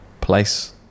place